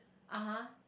(uh huh)